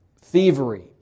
thievery